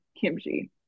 kimchi